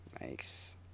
Nice